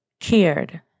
cared